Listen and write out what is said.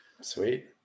Sweet